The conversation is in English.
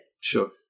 Sure